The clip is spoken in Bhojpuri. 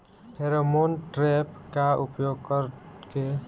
फेरोमोन ट्रेप का उपयोग कर के?